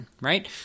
right